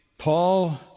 Paul